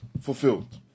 fulfilled